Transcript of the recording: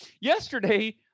yesterday